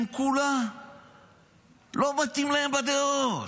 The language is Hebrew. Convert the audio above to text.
הם כולה לא מתאימים להם בדעות.